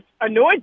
annoyed